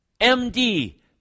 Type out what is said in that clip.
MD